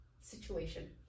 situation